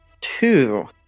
two